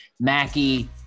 Mackie